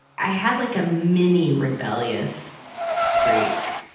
i had like a mini-rebellious streak.